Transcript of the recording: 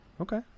Okay